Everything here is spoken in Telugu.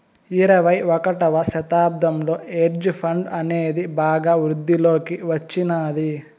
ఇరవై ఒకటవ శతాబ్దంలో హెడ్జ్ ఫండ్ అనేది బాగా వృద్ధిలోకి వచ్చినాది